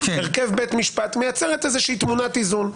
הרכב בית משפט מייצרת איזושהי תמונת איזון.